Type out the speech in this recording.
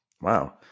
Wow